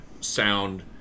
sound